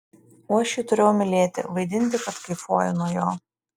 o aš jį turėjau mylėti vaidinti kad kaifuoju nuo jo